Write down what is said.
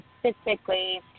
specifically